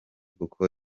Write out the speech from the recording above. kuko